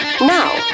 Now